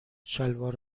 شلوار